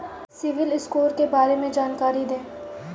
CIBIL score के बारे में जानकारी दें?